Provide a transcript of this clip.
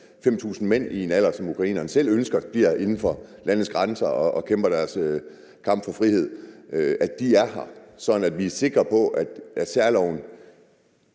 5.000 mænd i en alder, hvor ukrainerne selv ønsker, at de bliver inden for landets grænser og kæmper deres kamp for frihed, er her – sådan at vi er sikre på, at intentionen